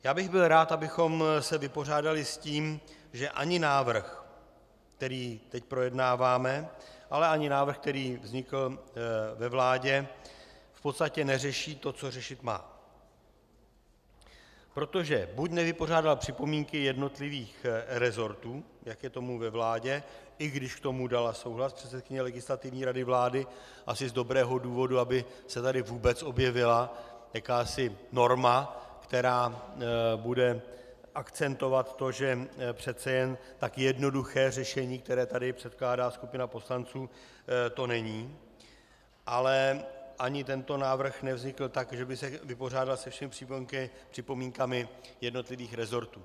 Já bych byl rád, abychom se vypořádali s tím, že ani návrh, který teď projednáváme, ale ani návrh, který vznikl ve vládě, v podstatě neřeší to, co řešit má, protože buď nevypořádal připomínky jednotlivých resortů, jak je tomu ve vládě, i když k tomu dala souhlas předsedkyně Legislativní rady vlády asi z dobrého důvodu, aby se tady vůbec objevila jakási norma, která bude akcentovat to, že přece jen tak jednoduché řešení, které tady předkládá skupina poslanců, to není, ale ani tento návrh nevznikl tak, že by se vypořádal se všemi připomínkami jednotlivých resortů.